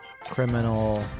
criminal